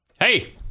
Hey